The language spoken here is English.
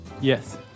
Yes